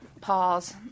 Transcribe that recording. Pause